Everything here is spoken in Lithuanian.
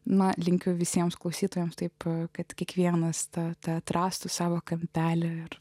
na linkiu visiems klausytojams taip kad kiekvienas ta ta atrastų savo kampelį ir